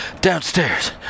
downstairs